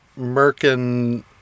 Merkin